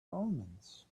omens